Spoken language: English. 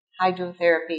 hydrotherapy